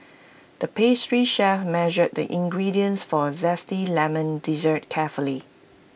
the pastry chef measured the ingredients for A Zesty Lemon Dessert carefully